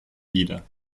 nieder